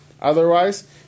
Otherwise